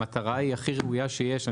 המטרה היא הכי ראויה שיש,